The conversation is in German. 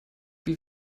wie